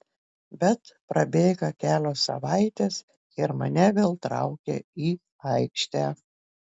bet prabėga kelios savaitės ir mane vėl traukia į aikštę